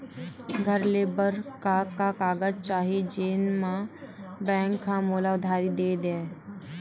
घर ले बर का का कागज चाही जेम मा बैंक हा मोला उधारी दे दय?